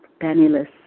penniless